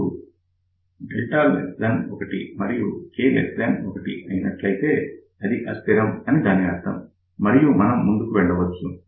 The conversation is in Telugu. ఇప్పుడు 1 మరియు K 1 అయినట్లైతే అది అస్థిరం అని దాని అర్థం మరియు మనం ముందుకు వెళ్లవచ్చు